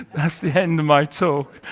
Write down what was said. that's the end of my talk.